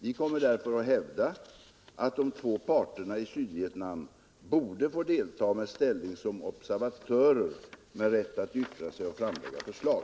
Vi kommer därför att hävda att de två parterna i Sydvietnam borde få delta med ställning som observatörer med rätt att yttra sig och framlägga förslag.